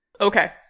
Okay